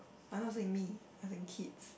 I'm not saying me I saying kids